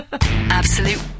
absolute